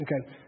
Okay